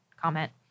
comment